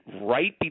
right